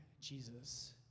Jesus